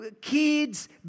kids